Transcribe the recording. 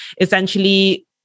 essentially